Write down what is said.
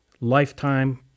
lifetime-